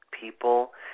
people